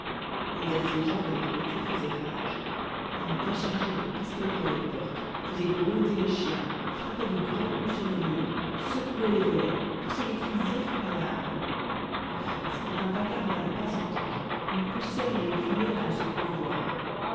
les assiégeants de leur côté faisaient rage ils déchargeaient leurs pistolets dans les portes faisaient gronder les chiens frappaient de grands coups sur les murs secouaient les volets poussaient des cris effroyables enfin c'était un vacarme à ne pas s'entendre une poussière et une fumée à ne se point voir